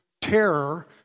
terror